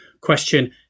question